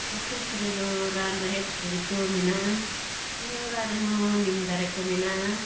ᱟᱛᱳ ᱠᱚᱨᱮ ᱫᱚ ᱨᱟᱱ ᱨᱮᱦᱮᱫ ᱫᱟᱨᱮ ᱠᱚ ᱢᱮᱱᱟᱜᱼᱟ ᱤᱧᱟᱹᱜ ᱚᱲᱟᱜ ᱨᱮᱦᱚᱸ ᱱᱤᱢ ᱫᱟᱨᱮ ᱠᱚ ᱢᱮᱱᱟᱜᱼᱟ